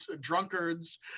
drunkards